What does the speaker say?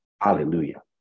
Hallelujah